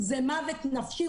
זה מוות נפשי,